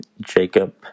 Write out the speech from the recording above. Jacob